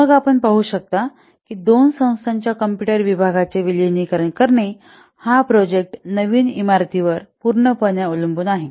मग आपण पाहू शकता की दोन संस्थांच्या कॉम्पुटर विभागांचे विलीनीकरण करणे हा प्रोजेक्ट नवीन इमारतीवर पूर्णपणे अवलंबून आहे